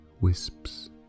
wisps